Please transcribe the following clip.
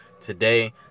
Today